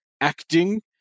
acting